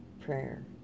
prayer